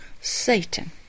Satan